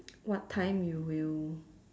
what time you will